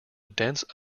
dense